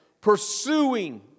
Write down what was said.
pursuing